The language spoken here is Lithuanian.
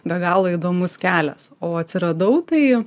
be galo įdomus kelias o atsiradau tai